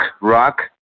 rock